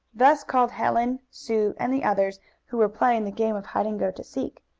thus called helen, sue and the others who were playing the game of hide-and-go-to-seek.